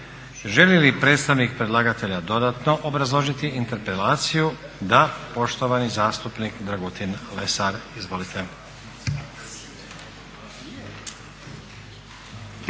Želi li predstavnik predlagatelja dodatno obrazložiti interpelaciju? Da. Poštovani zastupnik Dragutin Lesar, izvolite.